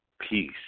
peace